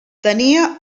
tenia